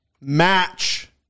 match